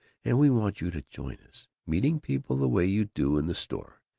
and we want you to join us. meeting people the way you do in the store,